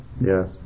Yes